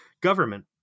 government